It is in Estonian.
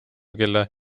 kelle